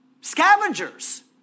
Scavengers